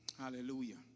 Hallelujah